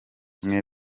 mwe